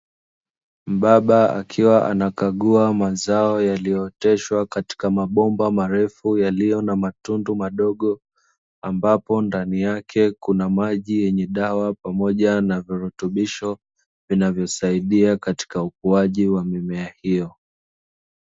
Mbaba akiwa anakagua mazao yaliyooteshwa katika mabomba marefu yaliyo na matundu madogo, ambapo ndani yake kuna maji yenye dawa pamoja na virutubisho vinavyosaidia katika ukuaji wa mimea hiyo.